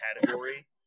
category